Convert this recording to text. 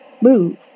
move